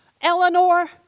Eleanor